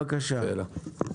בבקשה,